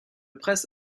prince